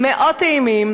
יש סנדוויצ'ים מאוד טעימים,